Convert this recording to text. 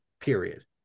period